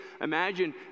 Imagine